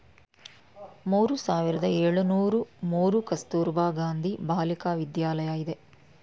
ಮೂರು ಸಾವಿರದ ಏಳುನೂರು ಮೂರು ಕಸ್ತೂರಬಾ ಗಾಂಧಿ ಬಾಲಿಕ ವಿದ್ಯಾಲಯ ಇದೆ